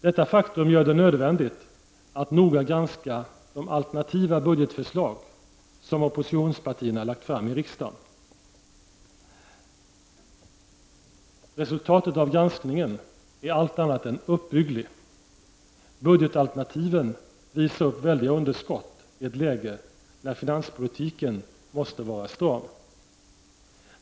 Detta faktum gör det nödvändigt att noga granska de alternativa budgetförslag som oppositionspartierna lagt fram i riksdagen. Reslutatet av granskningen är allt annat än uppbyggligt. Budgetalternativen visar upp väldiga underskott i ett läge när finanspolitiken måste vara stram.